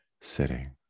sitting